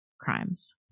crimes